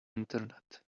internet